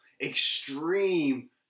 extreme